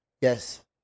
Yes